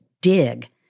dig